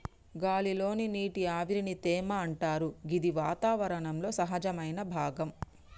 గాలి లోని నీటి ఆవిరిని తేమ అంటరు గిది వాతావరణంలో సహజమైన భాగం